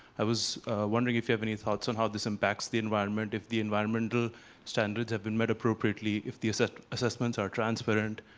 i was wondering if you have any thoughts on how this impacts the environment, if the environmental standards have been met appropriately, if the assessments are transparent,